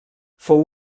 fou